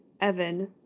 Evan